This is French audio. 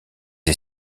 est